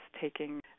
Taking